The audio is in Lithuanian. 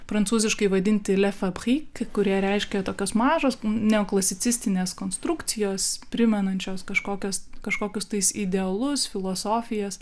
prancūziškai vadinti le fabrik kurie reiškia tokios mažos neoklasicistinės konstrukcijos primenančios kažkokias kažkokius tais idealus filosofijas